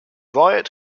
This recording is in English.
riot